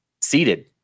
seated